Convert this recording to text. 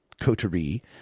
coterie